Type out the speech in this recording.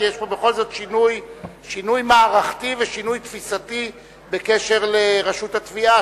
כי יש פה בכל זאת שינוי מערכתי ושינוי תפיסתי בקשר לרשות התביעה,